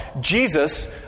Jesus